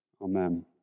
amen